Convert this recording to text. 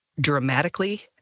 dramatically